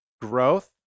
growth